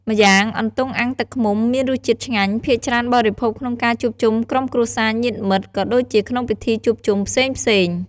ម្យ៉ាងអន្ទង់អាំងទឹកឃ្មុំ មានរសជាតិឆ្ងាញ់ ភាគច្រើនបរិភោគក្នុងការជួបជុំក្រុមគ្រួសារញាតិមិត្ត ក៏ដូចជាក្នងពិធីជួបជុំផ្សេងៗ។